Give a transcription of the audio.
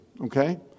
okay